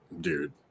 dude